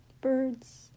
birds